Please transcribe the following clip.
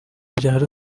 byaro